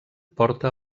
porta